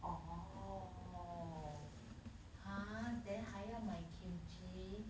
orh !huh! then 还要买 kimchi